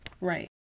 Right